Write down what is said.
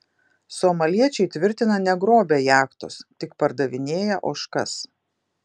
somaliečiai tvirtina negrobę jachtos tik pardavinėję ožkas